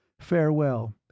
Farewell